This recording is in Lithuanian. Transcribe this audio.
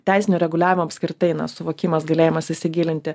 teisinio reguliavimo apskritai na suvokimas galėjimas įsigilinti